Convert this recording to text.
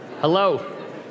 hello